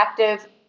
active